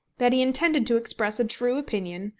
that he intended to express a true opinion,